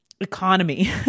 economy